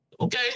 Okay